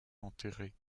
enterrée